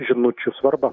žinučių svarba